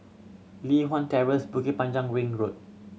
Li Hwan Terrace Bukit Panjang Ring Road